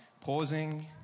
pausing